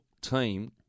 team